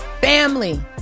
Family